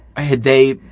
had they?